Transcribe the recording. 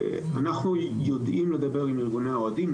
אנחנו יודעים לדבר עם ארגוני האוהדים.